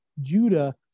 Judah